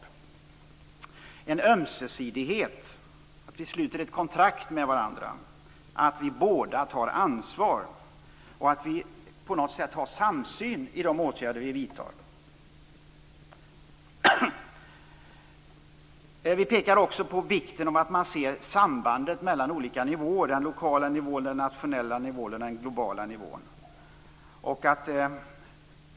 Det behövs en ömsesidighet, att vi sluter ett kontrakt med varandra, att vi båda tar ansvar och att vi har en samsyn i de åtgärder vi vidtar. Vi pekar också på vikten av att man ser sambandet mellan olika nivåer. Det gäller den lokala nivån, den nationella nivån och den globala nivån.